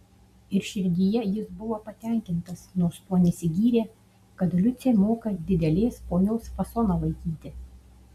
ir širdyje jis buvo patenkintas nors tuo nesigyrė kad liucė moka didelės ponios fasoną laikyti